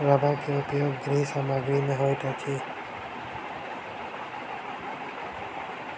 रबड़ के उपयोग गृह सामग्री में होइत अछि